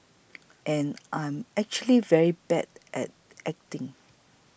and I'm actually very bad at acting